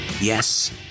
Yes